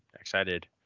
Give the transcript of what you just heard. Excited